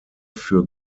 für